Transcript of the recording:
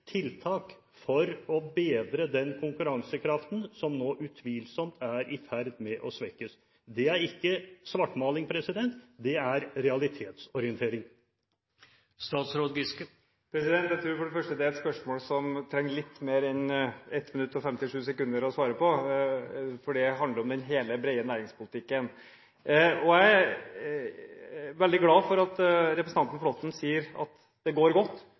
tiltak for å bedre den konkurransekraften som nå utvilsomt er i ferd med å svekkes. Det er ikke svartmaling; det er realitetsorientering. Jeg tror for det første det er et spørsmål som jeg trenger litt mer tid enn 1 minutt og 57 sekunder å svare på, for det handler om hele den brede næringspolitikken. Jeg er veldig glad for at representanten Flåtten sier at det går godt,